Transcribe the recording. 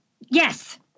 Yes